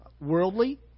worldly